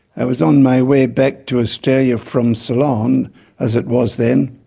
i was on my way back to australia from ceylon as it was then,